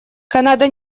канада